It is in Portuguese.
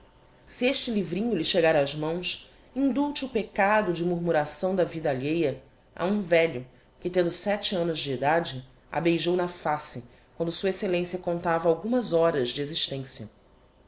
se este livrinho lhe chegar ás mãos indulte o peccado de murmuração da vida alheia a um velho que tendo sete annos de idade a beijou na face quando s exc a contava algumas horas de existencia